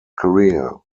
career